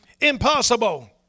impossible